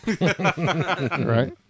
right